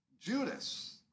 Judas